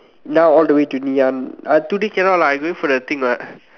now all the way to Ngee-Ann uh today cannot lah I going for the thing what